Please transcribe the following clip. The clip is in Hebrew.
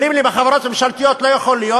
אומרים לי: בחברות ממשלתיות לא יכול להיות.